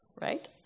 Right